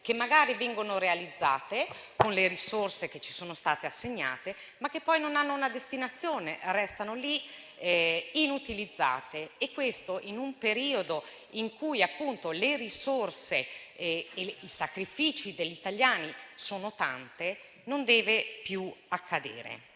che magari vengono realizzate con le risorse che ci sono state assegnate, ma che poi non hanno una destinazione, restando inutilizzate. Questo, in un periodo in cui le risorse e i sacrifici degli italiani sono tanti, non deve più accadere.